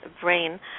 brain